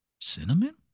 Cinnamon